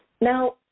Now